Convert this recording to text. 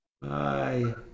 Bye